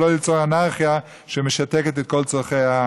ולא ליצור אנרכיה שמשתקת את כל הצרכים,